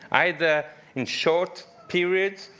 either in short periods,